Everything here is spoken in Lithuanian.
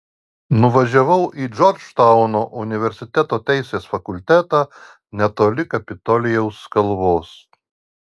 nuvažiavau į džordžtauno universiteto teisės fakultetą netoli kapitolijaus kalvos